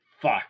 Fuck